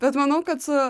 bet manau kad su